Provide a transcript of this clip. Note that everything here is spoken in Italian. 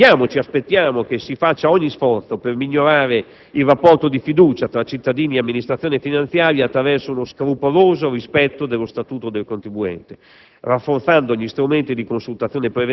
di indirizzo - auspichiamo si faccia ogni sforzo per migliorare il rapporto di fiducia tra cittadini e Amministrazione finanziaria attraverso uno scrupoloso rispetto dello Statuto del contribuente,